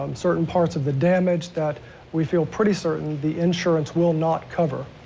um certain parts of the damage that we feel pretty certain the insurance will not cover.